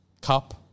cup